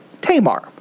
Tamar